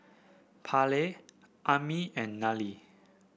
Parley Aimee and Nallely